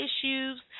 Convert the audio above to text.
issues